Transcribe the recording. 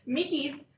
Mickey's